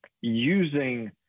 using